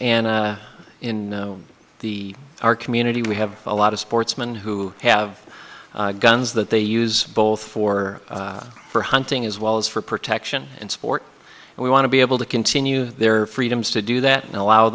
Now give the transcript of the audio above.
and in the our community we have a lot of sportsmen who have guns that they use both for for hunting as well as for protection and support and we want to be able to continue their freedoms to do that and allow